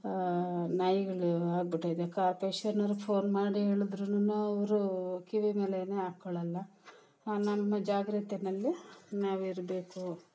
ನಾಯಿಗಳು ಆಗ್ಬಿಟ್ಟೈತೆ ಕಾರ್ಪೇಷನವರಿಗೆ ಫೋನ್ ಮಾಡಿ ಹೇಳಿದ್ರೂ ಅವರು ಕಿವಿ ಮೇಲೆನೇ ಹಾಕ್ಕೊಳಲ್ಲ ನಮ್ಮ ಜಾಗ್ರತೆಯಲ್ಲಿ ನಾವಿರಬೇಕು